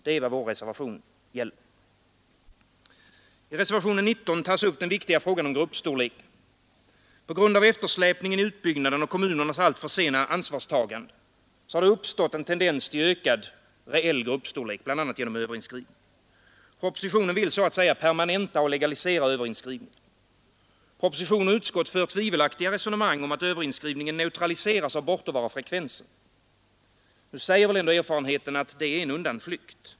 Det är vad vår reservation gäller. I reservationen 19 tas den viktiga frågan om gruppstorleken upp. På grund av eftersläpningen i utbyggnaden och kommunernas alltför sena ansvarstagande har det uppstått en tendens till ökad reell gruppstorlek, bl.a. genom överinskrivning. Propositionen vill så att säga permanenta och legalisera överinskrivningen. Utskott och proposition för tvivelaktiga resonemang om att överinskrivningen neutraliseras av bortovarofrekvensen. Nu säger väl ändå erfarenheten att det är en undanflykt.